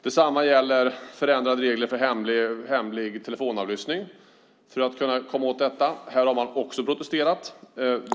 Detsamma gäller förändrade regler för hemlig telefonavlyssning för att kunna komma åt brottsligheten. Här har man också protesterat.